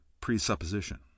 presupposition